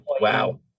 Wow